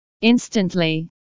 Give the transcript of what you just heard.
Instantly